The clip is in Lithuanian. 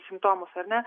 simptomus ar ne